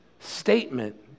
statement